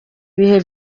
ibihe